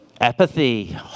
Apathy